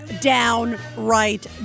downright